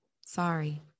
Sorry